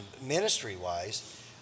Ministry-wise